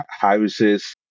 houses